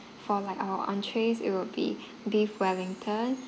for like our entrees it'll be beef wellington